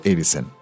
Edison